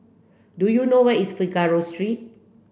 do you know where is Figaro Street